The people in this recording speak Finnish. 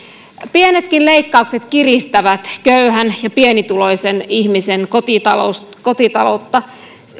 pienetkin leikkaukset kiristävät köyhän ja pienituloisen ihmisen kotitaloutta kotitaloutta